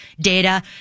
data